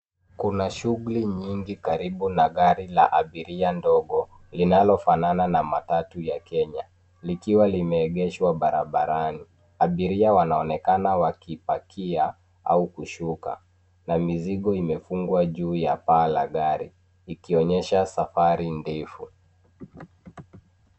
Kuna shughuli nyingi karibu na gari la abiria ndogo, linalofanana na matatu ya Kenya. Likiwa limeegeshwa barabarani. Abiria wanaonekana wakipakia au kushuka, na mizigo imefungwa juu ya paa la gari, ikionyesha safari ndefu.